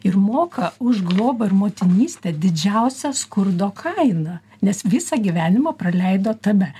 ir moka už globą ir motinystę didžiausią skurdo kainą nes visą gyvenimą praleido tame